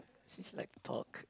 is like talk